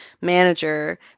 manager